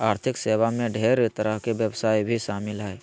आर्थिक सेवा मे ढेर तरह के व्यवसाय भी शामिल हय